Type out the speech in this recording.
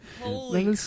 holy